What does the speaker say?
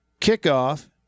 Kickoff